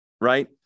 right